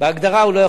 בהגדרה הוא לא.